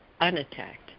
unattacked